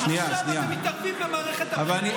ועכשיו אתם מתערבים במערכת הבחירות,